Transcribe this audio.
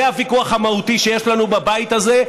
זה הוויכוח המהותי שיש לנו בבית הזה,